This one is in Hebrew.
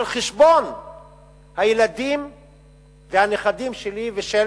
על-חשבון הילדים והנכדים שלי ושל